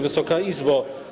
Wysoka Izbo!